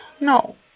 No